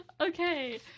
okay